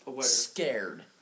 scared